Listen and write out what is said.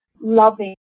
loving